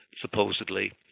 supposedly